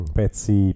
pezzi